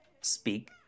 speak